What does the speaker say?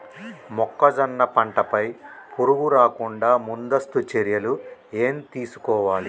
మొక్కజొన్న పంట పై పురుగు రాకుండా ముందస్తు చర్యలు ఏం తీసుకోవాలి?